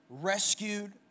rescued